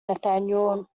nathaniel